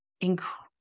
incredible